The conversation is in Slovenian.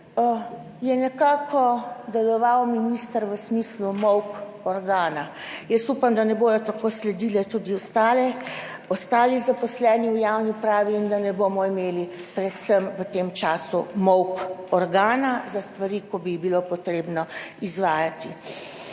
je nekako deloval minister v smislu molk organa. Jaz upam, da ne bodo tako sledile tudi ostale, ostali zaposleni v javni upravi in da ne bomo imeli predvsem v tem času molk organa za stvari, ki bi jih bilo potrebno izvajati.